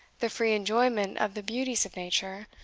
the free enjoyment of the beauties of nature,